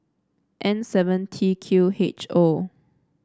N seven T Q H O